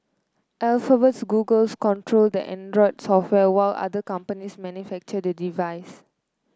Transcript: Alphabet's Google's control the Android software while other companies manufacture the device